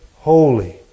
holy